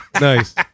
Nice